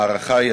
ההערכה היא,